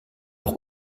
auch